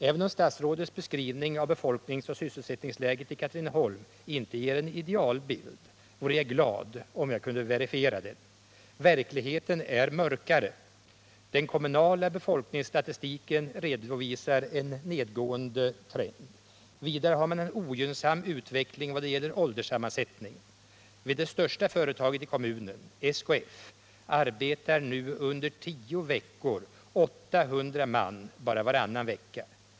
Även om statsrådets beskrivning av befolkningsoch sysselsättningsläget i Katrineholm inte ger en idealbild vore jag glad om jag kunde verifiera den. Verkligheten är mörkare. Den kommunala befolkningsstatistiken redovisar en nedgående trend. Vidare har man en ogynnsam utveckling i vad det gäller ålderssammansättningen. Vid det största företaget i kommunen, SKF, arbetar nu under tio veckor 800 man bara varannan vecka.